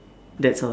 that's all